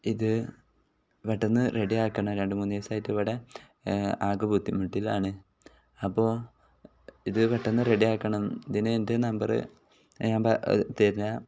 ഇത് പെട്ടെന്ന് റെഡിയാക്കണം രണ്ട് മൂന്ന് ദിവസമായിട്ട് ഇവിടെ ആകെ ബുദ്ധിമുട്ടിലാണ് അപ്പോൾ ഇത് പെട്ടെന്ന് റെഡിയാക്കണം ഇതിന് എൻ്റെ നമ്പർ ഞാൻ തരാം